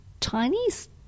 Chinese